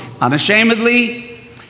unashamedly